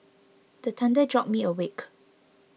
the thunder jolt me awake